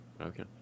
Okay